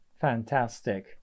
Fantastic